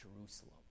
Jerusalem